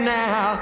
now